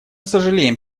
сожалеем